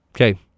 Okay